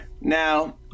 Now